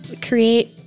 create